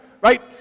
right